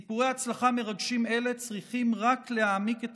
סיפורי הצלחה מרגשים אלה צריכים רק להעמיק את